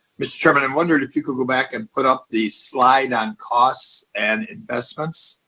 mr. chairman, i'm wondering if you could go back and put up the slide on costs and investments.